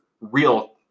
real